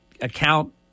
account